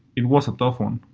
it was a tough one.